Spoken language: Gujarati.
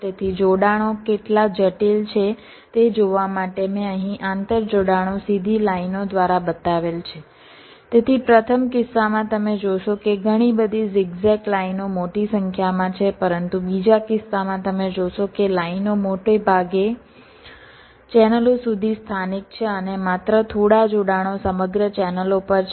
તેથી જોડાણો કેટલા જટિલ છે તે જોવા માટે મેં અહીં આંતરજોડાણો સીધી લાઇનો દ્વારા બતાવેલ છે તેથી પ્રથમ કિસ્સામાં તમે જોશો કે ઘણી બધી ઝિગઝેગ લાઈનો મોટી સંખ્યામાં છે પરંતુ બીજા કિસ્સામાં તમે જોશો કે લાઇનો મોટાભાગે ચેનલો સુધી સ્થાનિક છે અને માત્ર થોડા જોડાણો સમગ્ર ચેનલો પર છે